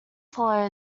follow